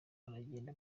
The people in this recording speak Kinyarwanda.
aragenda